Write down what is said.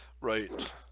Right